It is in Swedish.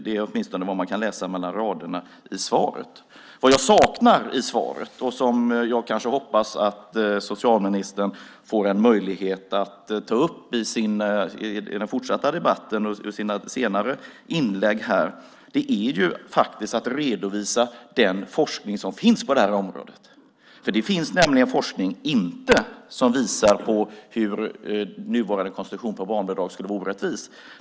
Det är åtminstone vad man kan läsa mellan raderna i svaret. Vad jag saknar i svaret, och som jag hoppas att socialministern får en möjlighet att ta upp i den fortsatta debatten i sina senare inlägg, är en redovisning av den forskning som finns på området. Det finns nämligen ingen forskning som visar hur nuvarande konstruktion på barnbidrag skulle vara orättvis.